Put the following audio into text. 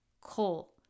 Coal